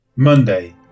Monday